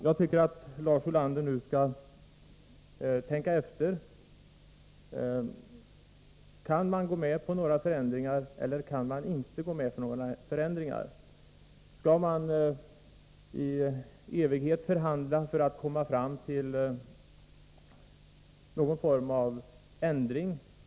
Jag tycker att Lars Ulander nu skall tänka efter: Kan man gå med på några förändringar eller kan man inte göra det? Skall det förhandlas i evighet, för att vi skall komma fram till någon form av ändring?